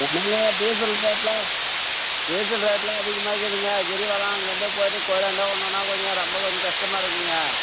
அதனாலே டீசல் ரேட்டெலாம் டீசல் ரேட்லாம் அதிகமாக இருக்குதுங்க கிரிவலம் அங்கே இங்கே போய்விட்டு கோவிலாண்ட விடுணுன்னா கொஞ்சம் ரொம்ப கொஞ்சம் கஷ்டமாக இருக்குதுங்க